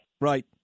Right